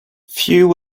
few